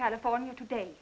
california today